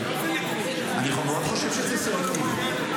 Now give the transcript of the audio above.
אני מאוד חושב שזה סלקטיבי.